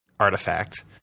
Artifact